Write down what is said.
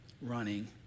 running